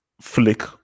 Flick